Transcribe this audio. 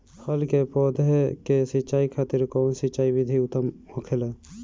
फल के पौधो के सिंचाई खातिर कउन सिंचाई विधि उत्तम होखेला?